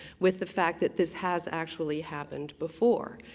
with the fact that this has actually happened before.